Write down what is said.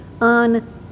on